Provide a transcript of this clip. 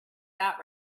that